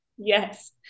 Yes